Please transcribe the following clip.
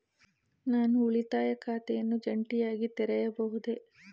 ನಾನು ಉಳಿತಾಯ ಖಾತೆಯನ್ನು ಜಂಟಿಯಾಗಿ ತೆರೆಯಬಹುದೇ?